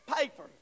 paper